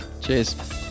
Cheers